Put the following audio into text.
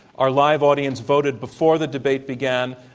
our live audience voted before the debate began,